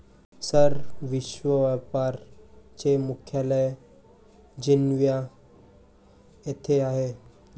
sir, विश्व व्यापार चे मुख्यालय जिनिव्हा येथे आहे